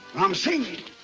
ramsing.